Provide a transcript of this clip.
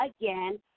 again